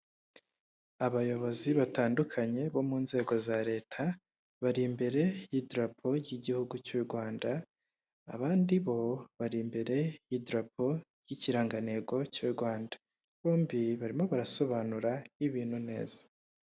Abayobozi batandukanye bo mu nzego za leta; bari imbere y'idarapo ry'igihugu cy'u rwanda; abandi bo bari imbere y'idarapo ry'ikirangantego cy'u rwanda; bombi barimo barasobanura ibintu neza.